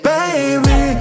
Baby